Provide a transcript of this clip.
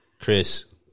Chris